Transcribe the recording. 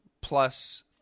plus